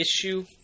issue